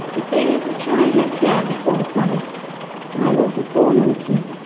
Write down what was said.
the things which i have here before promised i will perform and keep,